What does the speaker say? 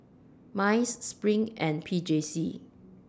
Mice SPRING and P J C